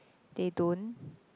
they don't